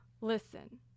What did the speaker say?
listen